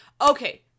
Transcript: Okay